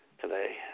today